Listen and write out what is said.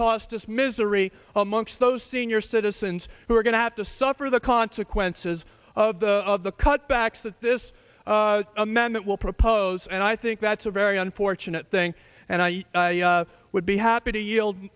cost us misery amongst those senior citizens who are going to have to suffer the consequences of the of the cutbacks that this amendment will propose and i think that's a very unfortunate thing and i would be happy to yield